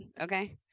okay